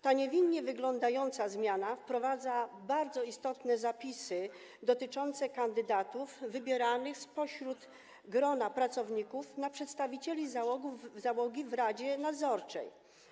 Ta niewinnie wyglądająca nowelizacja wprowadza bardzo istotne zapisy dotyczące kandydatów wybieranych spośród grona pracowników na przedstawicieli załogi w radzie nadzorczej.